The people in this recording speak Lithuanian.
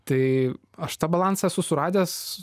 tai aš tą balansą suradęs